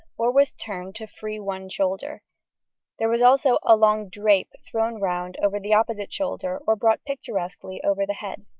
or was turned to free one shoulder there was also a long drape thrown round over the opposite shoulder or brought picturesquely over the head.